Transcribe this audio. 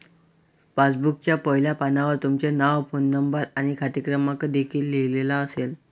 पासबुकच्या पहिल्या पानावर तुमचे नाव, फोन नंबर आणि खाते क्रमांक देखील लिहिलेला असेल